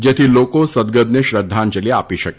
જેથી લોકો સદગતને શ્રદ્ધાંજલિ આપી શકે